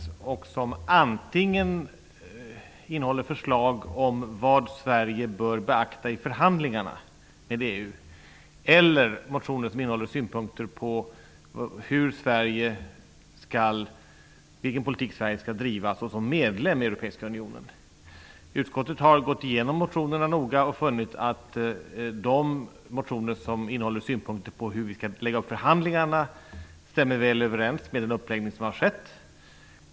De innehåller antingen förslag om vad Sverige bör beakta i förhandlingarna med EU eller synpunkter på vilken politik Sverige skall driva som medlem i Utskottet har gått igenom motionerna noga och funnit att de motioner som innehåller synpunkter på hur vi skall lägga upp förhandlingarna stämmer väl överens med den uppläggning som har skett.